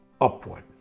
upward